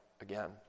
again